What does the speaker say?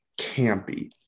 campy